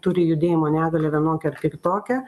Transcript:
turi judėjimo negalią vienokią ar kitokią